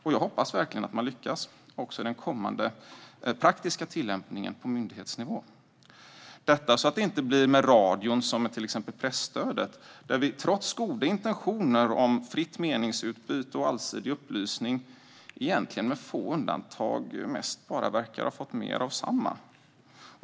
Och jag hoppas verkligen att man lyckas, också i den kommande praktiska tillämpningen på myndighetsnivå, så att det inte blir med radion som med presstödet, där vi, trots goda intentioner om fritt meningsutbyte och allsidig upplysning, med få undantag bara har fått mer av samma.